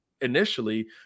initially